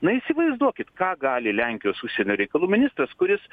na įsivaizduokit ką gali lenkijos užsienio reikalų ministras kuris